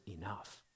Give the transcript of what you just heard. enough